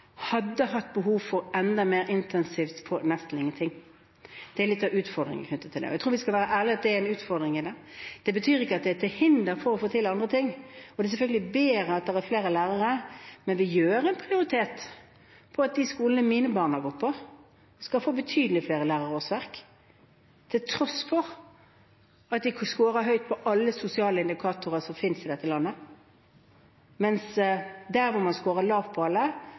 hadde hatt behov for enda mer intensivitet, får nesten ingenting. Det er litt av utfordringen i den forbindelse. Jeg tror vi skal være ærlig – det er en utfordring. Det betyr ikke at det er til hinder for å få til andre ting, for det er selvfølgelig bedre at det er flere lærere. Men vi gjør en prioritering der de skolene mine barn har gått på, skal få betydelig flere lærerårsverk til tross for at de skårer høyt på alle sosiale indikatorer som finnes i dette landet, mens der hvor man skårer lavt på alle,